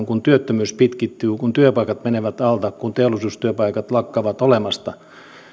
kun työttömyys pitkittyy kun työpaikat menevät alta kun teollisuustyöpaikat lakkaavat olemasta ajattelen että